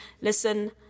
listen